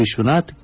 Vishwanath K